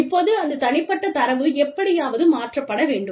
இப்போது அந்த தனிப்பட்ட தரவு எப்படியாவது மாற்றப்பட வேண்டும்